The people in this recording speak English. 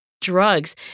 drugs